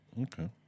okay